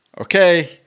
okay